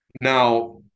now